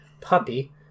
puppy